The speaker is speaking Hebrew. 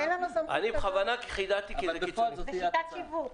ואין לנו סמכות כזאת --- אבל בפועל זו תהיה התוצאה.